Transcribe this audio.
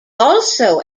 also